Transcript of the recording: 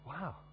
wow